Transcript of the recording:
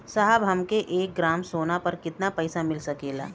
साहब हमके एक ग्रामसोना पर कितना पइसा मिल सकेला?